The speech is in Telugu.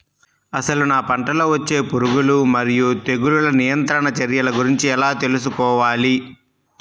అసలు నా పంటలో వచ్చే పురుగులు మరియు తెగులుల నియంత్రణ చర్యల గురించి ఎలా తెలుసుకోవాలి?